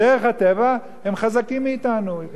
בדרך הטבע הם חזקים מאתנו,